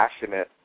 passionate